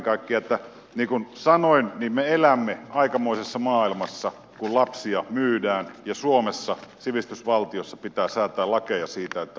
niin kuin sanoin me elämme aikamoisessa maailmassa kun lapsia myydään ja suomessa sivistysvaltiossa pitää säätää lakeja siitä että lapsia ei saa myydä